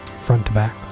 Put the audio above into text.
front-to-back